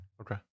Okay